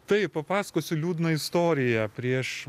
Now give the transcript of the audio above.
tai papasakosiu liūdną istoriją prieš